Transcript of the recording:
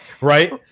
Right